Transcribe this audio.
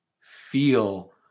feel